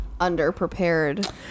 underprepared